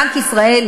בנק ישראל,